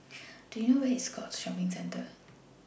Do YOU know Where IS Scotts Shopping Centre